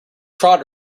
trotted